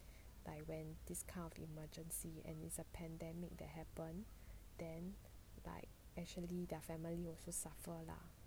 like when this kind of emergency and is a pandemic that happen then like actually their family will also suffer lah